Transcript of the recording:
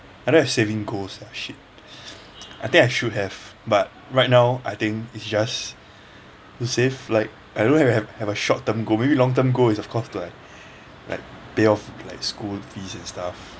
I don't have saving goals lah shit I think I should have but right now I think it's just to save like I don't have have a short term goal maybe long term goal is of course to like like pay off like school fees and stuff